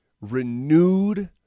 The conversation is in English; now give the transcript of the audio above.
renewed